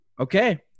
Okay